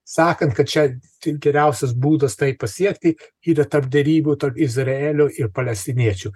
sakant kad čia tik geriausias būdas tai pasiekti yra tarp derybų tarp izraelio ir palestiniečių